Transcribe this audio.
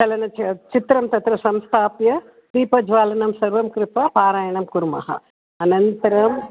चलनच्चित्रं तत्र संस्थाप्य दीपज्वालनं सर्वं कृत्वा पारायणं कुर्मः अनन्तरं